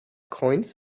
coins